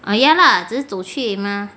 ah ya lah 只是走去而已吗